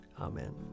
Amen